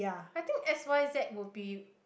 I think X_Y_Z will be